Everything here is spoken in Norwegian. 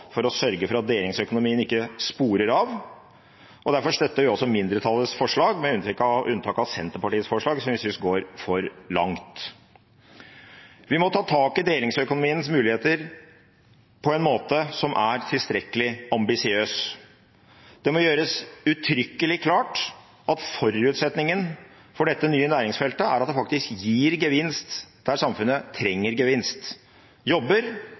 for å sørge for at delingsøkonomien ikke sporer av, derfor støtter jeg også mindretallets forslag, med unntak av Senterpartiets forslag, som jeg synes går for langt. Vi må ta tak i delingsøkonomiens muligheter på en måte som er tilstrekkelig ambisiøs. Det må gjøres uttrykkelig klart at forutsetningen for dette nye næringsfeltet er at det faktisk gir gevinst der samfunnet trenger gevinst – jobber,